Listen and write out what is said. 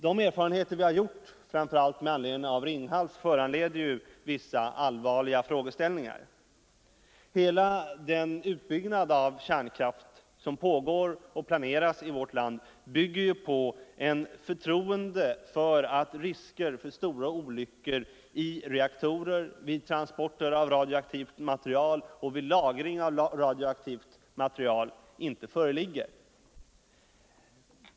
De erfarenheter vi har gjort framför allt i fallet Ringhals föranleder vissa allvarliga frågeställningar. Hela den utbyggnad av kärnkraft som pågår och planeras i vårt land bygger på ett förtroende för att risker för stora olyckor i reaktorer, vid transporter av radioaktivt material och vid lagring av radioaktivt material inte föreligger.